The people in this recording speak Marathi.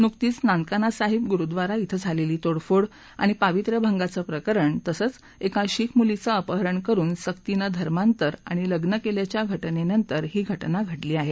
नुकतीच नानकाना साहिब गुरुद्वारा क्रि झालेली तोडफोड आणि पावित्र्य भंगाचं प्रकरण तसंच एका शीख मुलीचं अपहरण करुन सक्तीनं धर्मांतर आणि लग्न केल्याच्या घा जेनंतर ही घा जेा घडली आहे